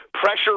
pressure